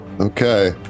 Okay